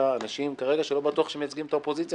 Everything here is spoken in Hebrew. אנשים שלא בטוח שהם מייצגים את האופוזיציה,